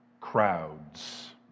crowds